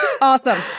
Awesome